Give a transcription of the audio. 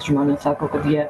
žmonės sako kad jie